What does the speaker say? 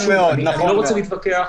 אני לא רוצה להתווכח,